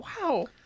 Wow